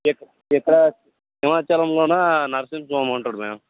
ఎ ఎక్కడ హిమాచలంలోన Narasimhaswamy ma'am ma'am